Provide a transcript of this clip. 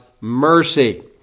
mercy